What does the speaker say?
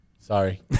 sorry